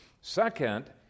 Second